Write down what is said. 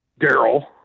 Daryl